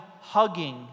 hugging